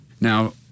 Now